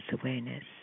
awareness